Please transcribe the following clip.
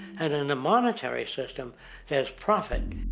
and in a monetary system there's profit.